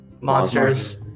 Monsters